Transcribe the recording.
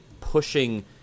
pushing